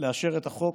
לאשר את החוק